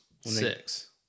six